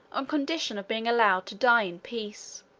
on condition of being allowed to die in peace.